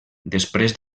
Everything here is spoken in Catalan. després